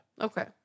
Okay